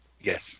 Yes